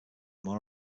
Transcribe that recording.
more